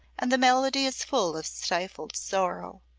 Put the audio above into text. and the melody is full of stifled sorrow.